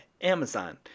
Amazon